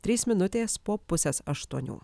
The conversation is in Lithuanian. trys minutės po pusės aštuonių